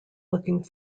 looking